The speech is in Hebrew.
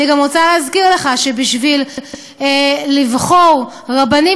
אני גם רוצה להזכיר לך שבשביל לבחור רבנים